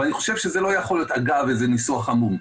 אבל אני חושב שזה לא יכול להיות אגב איזה ניסוח עמום,